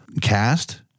cast